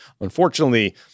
Unfortunately